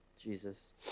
Jesus